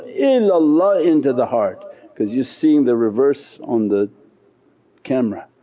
and illallah into the heart because you're seeing the reverse on the camera.